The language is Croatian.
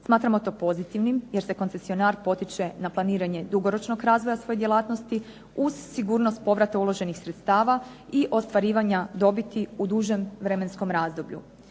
Smatramo to pozitivnim jer se koncesionar potiče na planiranje dugoročnog razvoja svoje djelatnosti, uz sigurnost povrata uloženih sredstava i ostvarivanja dobiti u dužem vremenskom razdoblju.